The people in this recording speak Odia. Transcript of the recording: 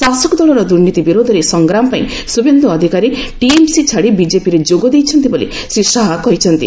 ଶାସକ ଦଳର ଦୁର୍ନୀତି ବିରୋଧରେ ସଂଗ୍ରାମ ପାଇଁ ଶୁଭେନ୍ଦୁ ଅଧିକାରୀ ଟିଏମ୍ସି ଛାଡ଼ି ବିଜେପିରେ ଯୋଗ ଦେଇଛନ୍ତି ବୋଲି ଶ୍ରୀ ଶାହା କହିଛନ୍ତି